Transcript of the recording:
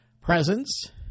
presence